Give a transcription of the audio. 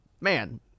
man